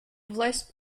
власть